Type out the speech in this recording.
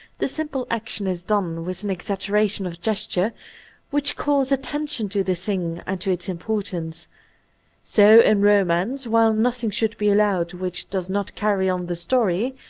the simple action is done with an exaggeration of gesture which calls atten tion to the thing and to its importance so in ro mance, while nothing should be allowed which does not carry on the story,